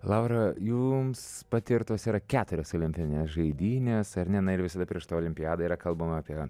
laura jums patirtos yra keturios olimpinės žaidynės ar ne na ir visada prieš tą olimpiadą yra kalbama apie